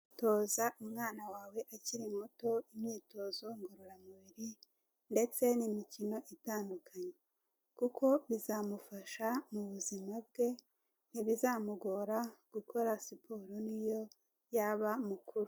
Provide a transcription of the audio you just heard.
Toza umwana wawe akiri muto imyitozo ngororamubiri, ndetse n'imikino itandukanye. Kuko bizamufasha mu buzima bwe, ntibizamugora gukora siporo ni yo yaba mukuru.